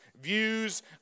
views